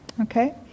okay